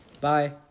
Bye